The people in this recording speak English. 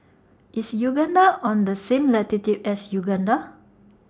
IS Uganda on The same latitude as Uganda